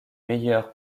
meilleure